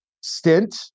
stint